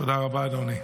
תודה רבה, אדוני.